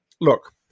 Look